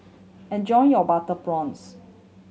enjoy your butter prawns